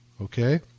okay